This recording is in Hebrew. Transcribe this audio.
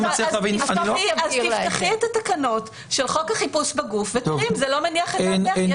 אז תפתחי את התקנות של חוק החיפוש בגוף ותראי אם זה לא מניח את דעתך.